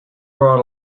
brought